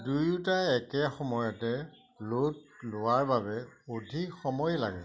দুয়োটা একে সময়তে ল'ড লোৱাৰ বাবে অধিক সময় লাগে